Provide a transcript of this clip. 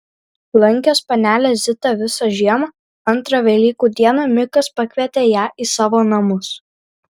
lankęs panelę zitą visą žiemą antrą velykų dieną mikas pakvietė ją į savo namus